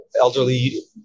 elderly